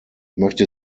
möchte